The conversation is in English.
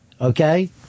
okay